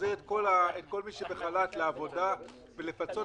להחזיר את כל מי שבחל"ת לעבודה ולפצות